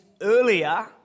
earlier